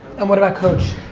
and what about coach?